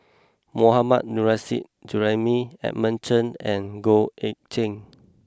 Mohammad Nurrasyid Juraimi Edmund Cheng and Goh Eck Kheng